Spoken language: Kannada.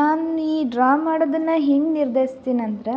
ನಾನು ಈ ಡ್ರಾ ಮಾಡದ್ದನ್ನು ಹೆಂಗೆ ನಿರ್ಧರ್ಸ್ತೀನಿ ಅಂದರೆ